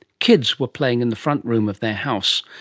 kids were playing in the front room of their house.